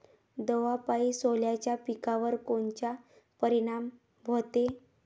दवापायी सोल्याच्या पिकावर कोनचा परिनाम व्हते?